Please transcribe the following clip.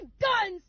guns